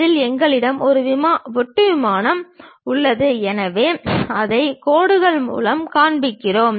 அதில் எங்களிடம் ஒரு வெட்டு விமானம் உள்ளது எனவே அதை கோடு கோடுகள் மூலம் காண்பிக்கிறோம்